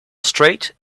straight